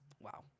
wow